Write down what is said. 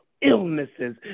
illnesses